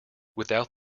without